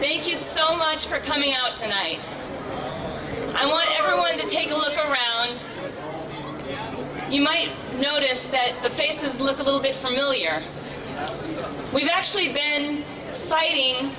thank you so much for coming out tonight i want everyone to take a look around you might notice that the faces look a little bit from the year we've actually been fighting